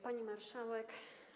Pani Marszałek!